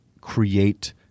create